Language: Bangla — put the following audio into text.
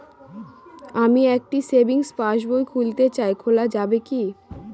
আমি একটি সেভিংস পাসবই খুলতে চাই খোলা যাবে কি?